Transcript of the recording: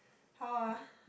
how ah